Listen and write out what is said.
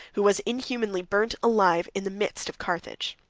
who was inhumanly burnt alive in the midst of carthage.